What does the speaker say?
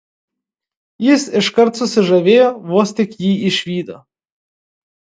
jis iškart susižavėjo vos tik jį išvydo